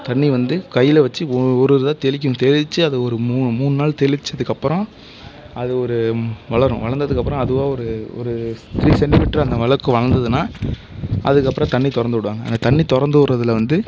தண்ணி வந்து கையில் வச்சு ஒரு ஒரு இதாக தெளிக்கணும் தெளித்து அதை ஒரு மூணு மூணு நாள் தெளிச்சதுக்கப்பறம் அது ஒரு வளரும் வளர்ந்ததுக்கப்பறம் அதுவாக ஒரு ஒரு த்ரீ சென்டிமீட்டர் அந்தளவுக்கு வளர்ந்துதுன்னா அதுக்கப்புறம் தண்ணி திறந்து விடுவாங்க அந்த தண்ணி திறந்து விடுறதுல வந்து